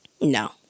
No